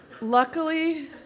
Luckily